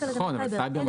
רק על הגנת סייבר.